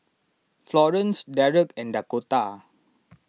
Florence Derek and Dakotah